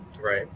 Right